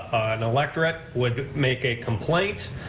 an electorate would make a complaint,